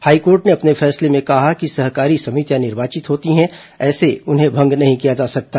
high court ने अपने फैसले में कहा कि सहकारी समितियां निर्वाचित होती हैं उन्हें ऐसे भंग नहीं किया जा सकता